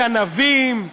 גנבים,